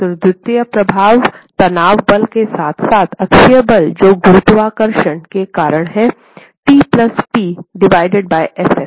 तो द्वितीय प्रभाव तनाव बल के साथ साथ अक्षीय बल जो गुरुत्वाकर्षण के कारण हैं T plus P divided by F s